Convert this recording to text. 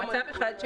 מצב אחד,